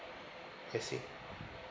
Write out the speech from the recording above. I see